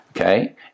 Okay